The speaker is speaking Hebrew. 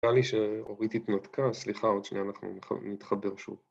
נראה לי שאורית התנתקה, סליחה עוד שניה, אנחנו נתחבר שוב.